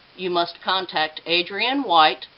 you must contact adrienne white,